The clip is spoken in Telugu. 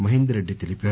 మహేందర్ రెడ్డి తెలిపారు